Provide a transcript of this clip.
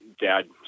dad